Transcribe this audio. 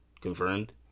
confirmed